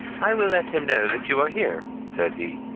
i will let him know that you are here, said he,